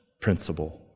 principle